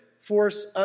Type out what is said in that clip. force